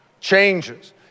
Changes